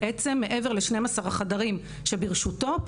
מעבר ל-12 החדרים שברשותו,